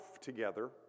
together